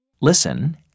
Listen